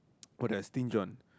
what do I stinge on